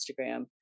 Instagram